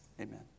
Amen